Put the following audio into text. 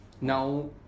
Now